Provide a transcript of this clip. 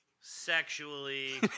Sexually